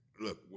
look